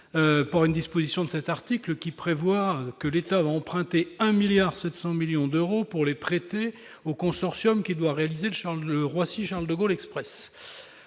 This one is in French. d'une disposition de cet article, aux termes duquel l'État va emprunter 1,7 milliard d'euros pour les prêter au consortium privé qui doit réaliser le Charles-de-Gaulle Express.